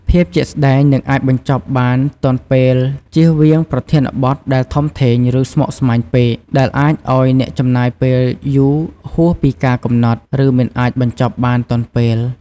ភាពជាក់ស្តែង និងអាចបញ្ចប់បានទាន់ពេល ជៀសវាងប្រធានបទដែលធំធេង ឬស្មុគស្មាញពេក ដែលអាចឲ្យអ្នកចំណាយពេលយូរហួសពីការកំណត់ ឬមិនអាចបញ្ចប់បានទាន់ពេល។